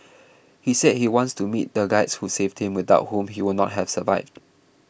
he said he wants to meet the guides who saved him without whom he would not have survived